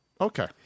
Okay